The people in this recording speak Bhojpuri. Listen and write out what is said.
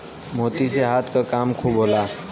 मोती से हाथ के काम खूब होला